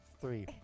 three